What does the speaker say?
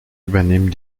übernehmen